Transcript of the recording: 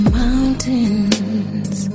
mountains